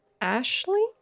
Ashley